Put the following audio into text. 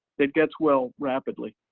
that gets well rapidly.